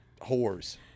Whores